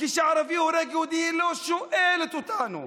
כשערבי הורג יהודי היא לא שואלת אותנו.